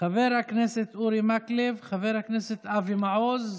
חבר הכנסת אורי מקלב, חבר הכנסת אבי מעוז.